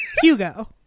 Hugo